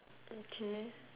okay